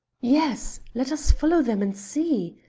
yes, let us follow them and see,